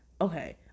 okay